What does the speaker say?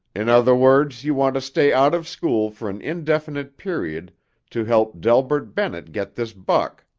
in other words you want to stay out of school for an indefinite period to help delbert bennett get this buck.